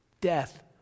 Death